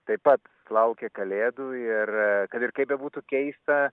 taip pat laukia kalėdų ir kad ir kaip bebūtų keista